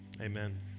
amen